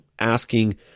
asking